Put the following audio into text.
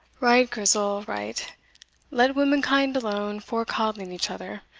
right, grizel, right let womankind alone for coddling each other.